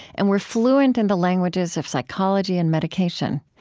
and we're fluent in the languages of psychology and medication.